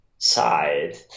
side